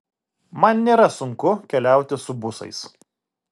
man nėra sunku keliauti su busais